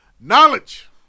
Knowledge